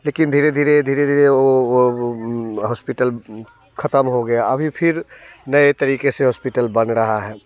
लेकिन धीरे धीरे धीरे धीरे वो हॉस्पिटल खत्म हो गया अभी फिर नए तरीके से हॉस्पिटल बन रहा है